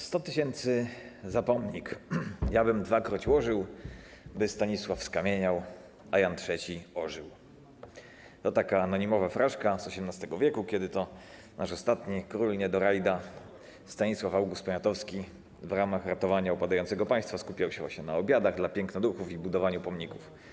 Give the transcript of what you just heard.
Sto tysięcy za pomnik, ja bym dwakroć łożył, by Stanisław skamieniał, a Jan III ożył - to taka anonimowa fraszka z XVIII w., kiedy to nasz ostatni król niedorajda Stanisław August Poniatowski w ramach ratowania upadającego państwa skupiał się właśnie na obiadach dla pięknoduchów i budowaniu pomników.